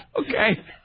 Okay